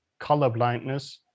colorblindness